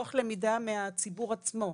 מתוך למידה מהציבור עצמו.